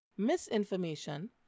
Misinformation